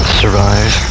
survive